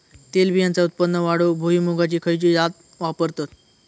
तेलबियांचा उत्पन्न वाढवूक भुईमूगाची खयची जात वापरतत?